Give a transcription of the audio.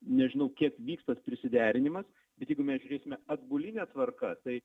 nežinau kiek vyks tas prisiderinimas bet jeigu mes žiūrėsime atbuline tvarka tai